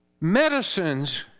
medicines